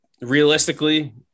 realistically